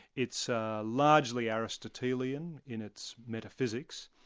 it's ah largely aristotelian in its metaphysics,